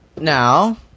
Now